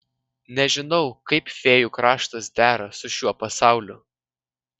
nežinau kaip fėjų kraštas dera su šiuo pasauliu